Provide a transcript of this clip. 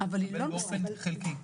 אלא באופן חלקי.